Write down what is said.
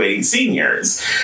seniors